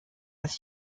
als